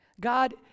God